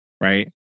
right